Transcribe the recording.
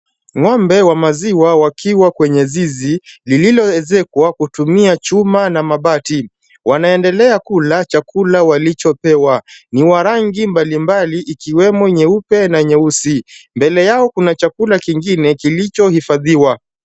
Ng'ombe wa maziwa wakiwa kwenye zizi lililoezekwa kwa kutumia chuma na mabati. Wanaendelea kula chakula walichopewa. Ni wa rangi mbalimbali ikiwemo nyeupe na nyeusi. Mbele yao kuna chakula kingine kilicho hifadhiwa.